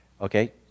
Okay